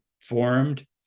formed